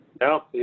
no